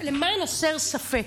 למען הסר ספק,